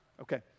okay